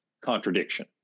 contradiction